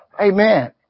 Amen